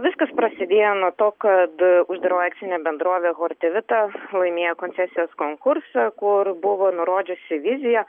viskas prasidėjo nuo to kad uždaroji akcinė bendrovė hortevita laimėjo koncesijos konkursą kur buvo nurodžiusi viziją